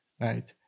right